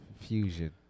Fusion